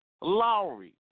Lowry